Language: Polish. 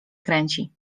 kręci